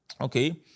Okay